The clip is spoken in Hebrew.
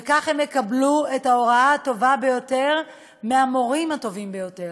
וכך הם יקבלו את ההוראה הטובה ביותר מהמורים הטובים ביותר.